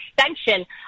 extension